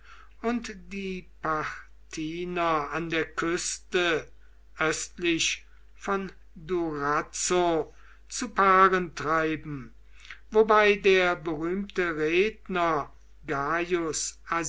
und die parthiner an der küste östlich von durazzo zu paaren treiben wobei der berühmte redner